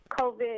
covid